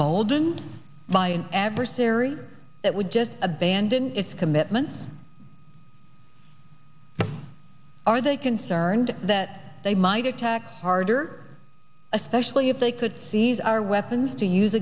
boldened by an adversary that would just abandon its commitment are they concerned that they might attack harder especially if they could seize our weapons to use